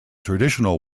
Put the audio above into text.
traditional